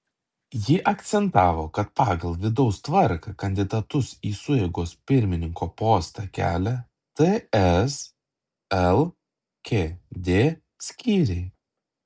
ji akcentavo kad pagal vidaus tvarką kandidatus į sueigos pirmininko postą kelia ts lkd skyriai